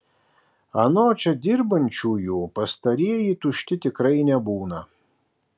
anot čia dirbančiųjų pastarieji tušti tikrai nebūna